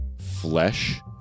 flesh